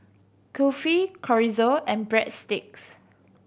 Kulfi Chorizo and Breadsticks